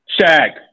Shaq